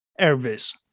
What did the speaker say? Ervis